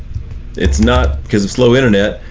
it's not, because of slow internet,